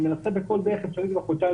אני מנסה בכל דרך אפשרית כבר חודשיים,